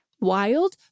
wild